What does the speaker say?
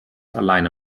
alleine